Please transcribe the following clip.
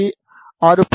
C 6